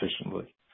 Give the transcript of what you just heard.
efficiently